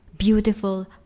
beautiful